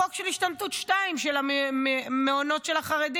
על החוק של השתמטות 2, של המעונות של החרדים.